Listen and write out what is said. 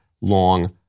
long